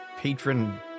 patron